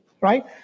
right